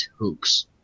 hooks